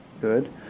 good